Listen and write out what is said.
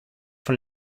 von